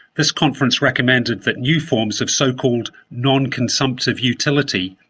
this conference recommended that new forms of so-called non-consumptive utility,